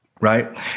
right